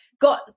got